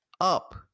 up